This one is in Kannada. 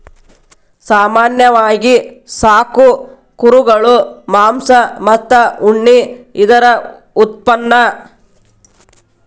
ಸಾಮಾನ್ಯವಾಗಿ ಸಾಕು ಕುರುಗಳು ಮಾಂಸ ಮತ್ತ ಉಣ್ಣಿ ಇದರ ಉತ್ಪನ್ನಾ